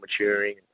maturing